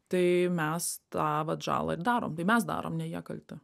tai mes tą vat žalą ir darom tai mes darom ne jie kalti